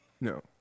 No